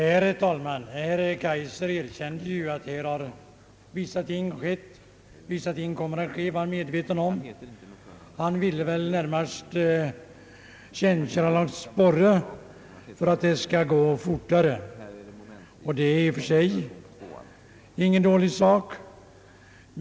Herr talman! Herr Kaijser erkände ju att vissa ting skett på detta område och hade klart för sig att ytterligare ting kommer att ske. Han ville väl närmast tjänstgöra som ett slags sporre för att planeringen skall gå fortare, och det är i och för sig ingen dålig sak.